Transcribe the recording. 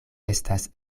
estas